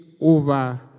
over